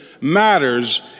matters